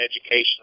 education